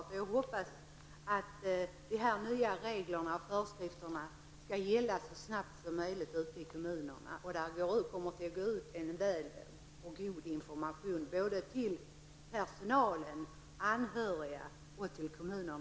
Jag hoppas att dessa nya regler och föreskrifter skall komma att gälla så snabbt som möjligt ute i kommunerna och att det kommer att gå ut en god information till personal, anhöriga och likaså till kommunerna.